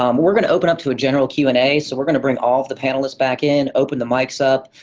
um we're gonna open up to a general q and a. so we're gonna bring all of the panelists back in, open the mics up,